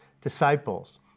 disciples